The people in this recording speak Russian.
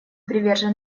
привержен